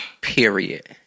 Period